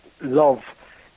love